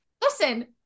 Listen